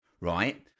right